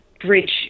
bridge